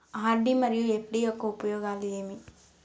RD మరియు FD యొక్క ఉపయోగాలు ఏమి?